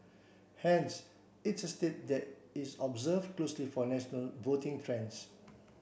hence it's a state that is observe closely for national voting trends